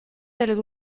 del